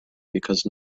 because